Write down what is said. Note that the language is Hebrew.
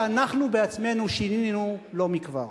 שאנחנו בעצמנו שינינו לא מכבר.